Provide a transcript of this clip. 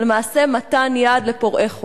למעשה מתן יד לפורעי חוק.